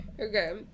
Okay